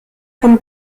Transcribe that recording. von